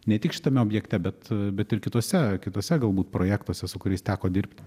ne tik šitame objekte bet bet ir kituose kituose galbūt projektuose su kuriais teko dirbti